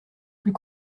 plus